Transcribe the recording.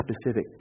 specific